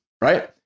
right